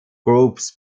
groups